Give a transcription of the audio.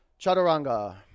Chaturanga